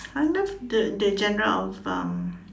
I love the the genre of um